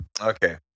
Okay